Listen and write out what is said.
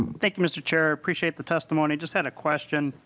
thank you mr. chair. appreciate the testimony. just had a question.